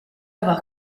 avoir